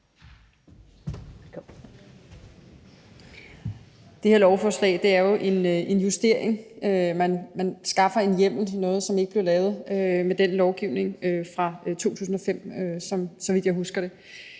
Det her lovforslag er jo en justering. Man skaffer en hjemmel til noget, som ikke blev lavet med lovgivningen fra 2005, så vidt jeg husker,